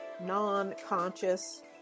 non-conscious